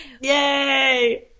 Yay